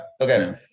Okay